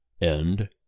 End